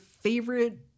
favorite